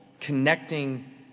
connecting